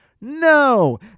No